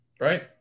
Right